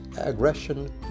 aggression